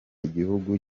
igihugu